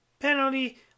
penalty